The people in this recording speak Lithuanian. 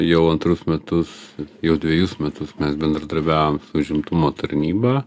jau antrus metus jau dvejus metus mes bendradarbiavom su užimtumo tarnyba